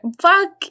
Fuck